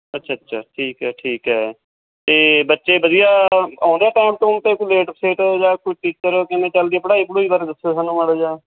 ਅੱਛਾ ਅੱਛਾ ਠੀਕ ਹੈ ਠੀਕ ਹੈ ਅਤੇ ਬੱਚੇ ਵਧੀਆ ਆਉਂਦੇ ਆ ਟਾਇਮ ਟੂਮ 'ਤੇ ਕੋਈ ਲੇਟ ਫੇਟ ਜਾਂ ਕੋਈ ਟੀਚਰ ਕਿਵੇਂ ਚਲਦੀ ਆ ਪੜ੍ਹਾਈ ਪੜੂਈ ਬਾਰੇ ਦੱਸਿਓ ਸਾਨੂੰ ਮਾੜਾ ਜਿਹਾ